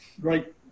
great